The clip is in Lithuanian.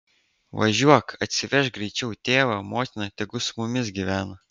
važiuok atsivežk greičiau tėvą motiną tegu su mumis gyvena